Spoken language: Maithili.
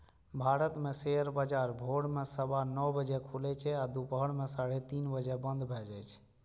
भारत मे शेयर बाजार भोर मे सवा नौ बजे खुलै छै आ दुपहर मे साढ़े तीन बजे बंद भए जाए छै